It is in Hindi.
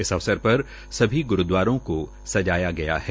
इस अवसर पर सभी ग्रूद्वारों को सजाया गया है